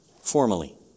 formally